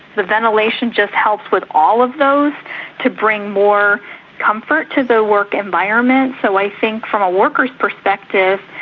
the ventilation just helps with all of those to bring more comfort to the work environment. so i think from a worker's perspective,